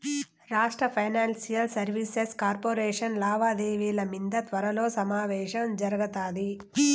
రాష్ట్ర financial services corporation లావాదేవిల మింద త్వరలో సమావేశం జరగతాది